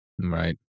Right